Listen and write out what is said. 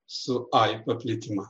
su ai paplitimu